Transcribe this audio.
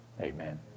Amen